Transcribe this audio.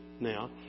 now